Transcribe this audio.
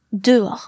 Dehors